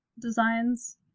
designs